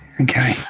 okay